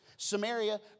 Samaria